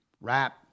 rap